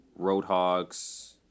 Roadhogs